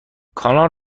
کانال